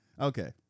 okay